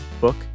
book